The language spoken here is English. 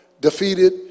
defeated